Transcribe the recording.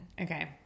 Okay